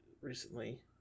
Recently